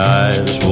eyes